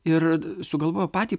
ir sugalvojo patį